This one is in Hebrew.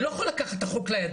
אני לא יכול לקחת את החוק לידיים.